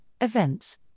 events